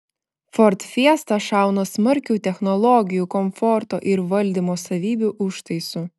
ford fiesta šauna smarkiu technologijų komforto ir valdymo savybių užtaisu